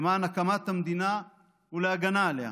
למען הקמת המדינה ולהגנה עליה,